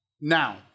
Now